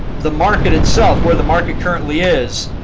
the market itself, where the market currently is,